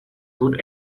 would